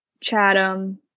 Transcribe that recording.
chatham